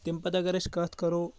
تمہِ پَتہٕ اگر أسۍ کَتھ کَرو